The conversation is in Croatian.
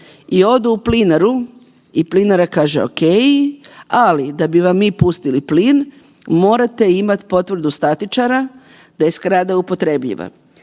I odu u Plinaru i Plinara kaže okej, ali da bi vam mi pustili plin morate imat potvrdu statičara da je zgrada upotrebljiva.